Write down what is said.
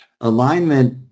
Alignment